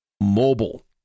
mobile